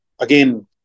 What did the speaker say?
Again